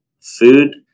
food